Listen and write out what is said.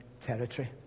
territory